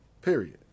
Period